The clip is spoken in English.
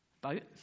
boat